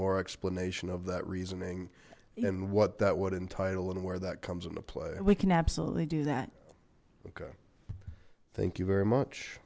more explanation of that reasoning and what that would entitle and where that comes into play we can absolutely do that okay thank you very much